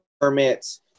permits